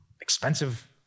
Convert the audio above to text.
expensive